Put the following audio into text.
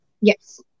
Yes